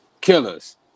killers